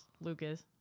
Lucas